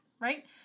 right